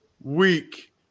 week